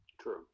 True